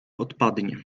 odpadnie